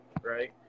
right